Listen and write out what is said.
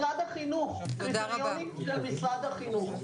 קריטריונים של משרד החינוך.